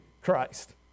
Christ